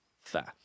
Fair